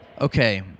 Okay